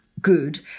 good